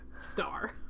star